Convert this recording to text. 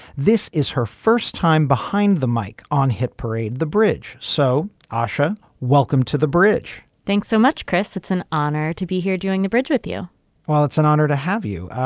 this is her first time behind the mike on hit parade the bridge. so ah aisha welcome to the bridge thanks so much chris. it's an honor to be here doing the bridge with you well it's an honor to have you.